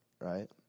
right